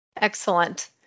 Excellent